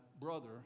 brother